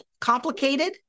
complicated